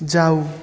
जाऊ